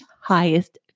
highest